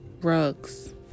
rugs